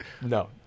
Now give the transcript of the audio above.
No